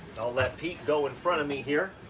i'll let pete go in front of me here.